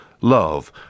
love